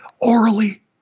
orally